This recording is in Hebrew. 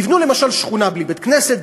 יבנו למשל שכונה בלי בית-כנסת,